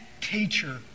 teacher